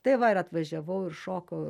tai va ir atvažiavau ir šokau